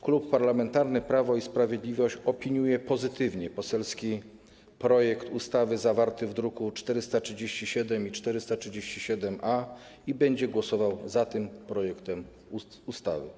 Klub Parlamentarny Prawo i Sprawiedliwość opiniuje pozytywnie poselski projekt ustawy zawarty w drukach nr 437 i 437-A i będzie głosował za tym projektem ustawy.